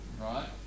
Right